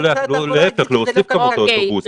או להפך, להוסיף את כמות האוטובוסים.